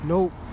Nope